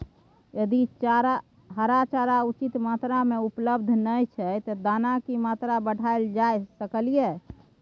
यदि हरा चारा उचित मात्रा में उपलब्ध नय छै ते दाना की मात्रा बढायल जा सकलिए?